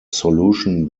solution